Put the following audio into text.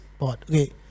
okay